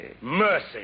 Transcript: Mercy